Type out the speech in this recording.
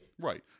Right